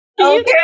Okay